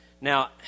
Now